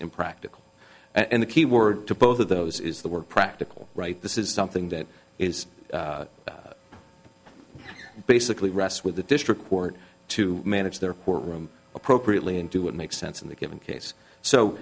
impractical and the key word to both of those is the word practical right this is something that is basically rests with the district court to manage their poor room appropriately and do what makes sense in the given case so